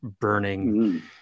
burning